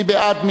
מי בעד?